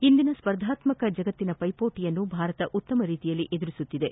ಇಂದಿನ ಸ್ಪರ್ಧಾತ್ಮಕ ಜಗತ್ತಿನ ಪ್ಲೆಪೋಟಿಯನ್ನು ಭಾರತ ಉತ್ತಮ ರೀತಿಯಲ್ಲಿ ಎದುರಿಸುತ್ತಿದೆ